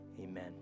amen